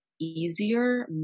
easier